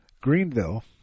Greenville